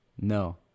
No